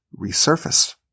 resurface